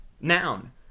Noun